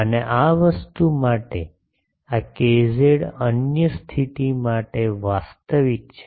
અને આ વસ્તુ માટે આ કેઝેડ અન્ય સ્થિતિ માટે વાસ્તવિક છે